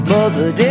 Mother